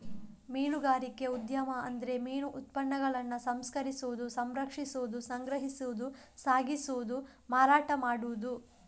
ಮೀನುಗಾರಿಕೆ ಉದ್ಯಮ ಅಂದ್ರೆ ಮೀನು ಉತ್ಪನ್ನಗಳನ್ನ ಸಂಸ್ಕರಿಸುದು, ಸಂರಕ್ಷಿಸುದು, ಸಂಗ್ರಹಿಸುದು, ಸಾಗಿಸುದು, ಮಾರಾಟ ಮಾಡುದು